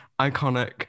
iconic